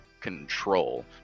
control